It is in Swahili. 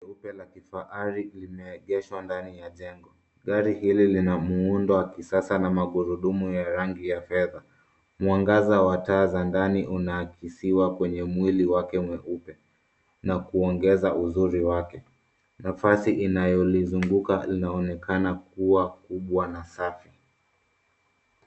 Gari la kifahari limeegeshwa ndani ya jengo. Gari hili lina muundo wa kisasa na magurudumu ya rangi ya fedha. Mwangaza wa taa za ndani unaakisiwa kwenye mwili wake mweupe na kuongeza uzuri wake. Nafasi inayolinalolizunguka linaonekana kuwa kubwa na safi.